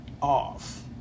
off